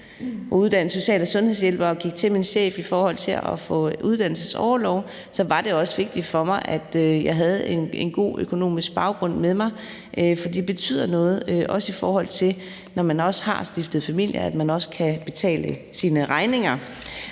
uddannelse som social- og sundhedshjælper og gik til min chef for at få uddannelsesorlov, var det også vigtigt for mig, at jeg havde en god økonomisk bagage med mig. For det betyder noget, hvis man har stiftet familie, at man også kan betale sine regninger